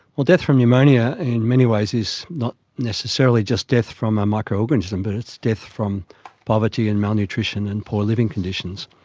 well, death from pneumonia in many ways is not necessarily just death from a microorganism but it's death from poverty and malnutrition and poor living conditions.